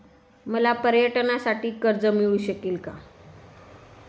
मला पर्यटनासाठी कर्ज मिळू शकेल का?